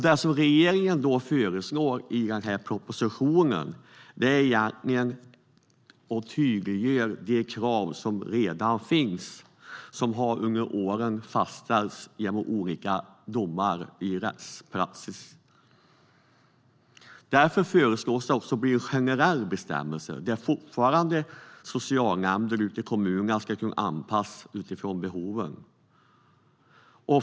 Det som regeringen föreslår i propositionen är egentligen att de krav som redan finns, och som under åren har fastställts genom olika domar och rättspraxis, ska tydliggöras. Därför föreslås en generell bestämmelse. Det är fortfarande socialnämnderna ute i kommunerna som ska kunna anpassa insatserna utifrån behoven.